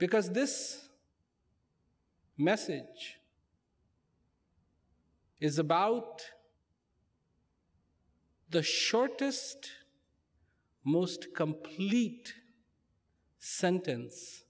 because this message is about the shortest most complete sentence